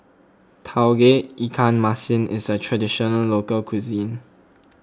Tauge Ikan Masin is a Traditional Local Cuisine